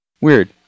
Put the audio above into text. Weird